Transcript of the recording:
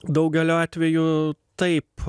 daugeliu atvejų taip